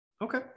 Okay